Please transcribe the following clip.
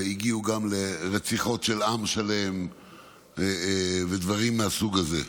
הגיעו גם לרציחות של עם שלם ודברים מהסוג הזה.